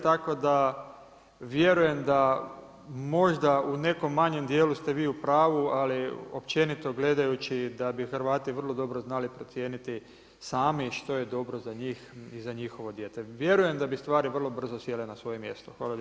Tako da vjerujem da možda u nekom manjem dijelu ste vi u pravu, ali općenito gledajući da bi Hrvati vrlo dobro znali procijeniti sami što je dobro za njih i za njihovo dijete, vjerujem da bi stvari vrlo brzo sjele na svoje mjesto.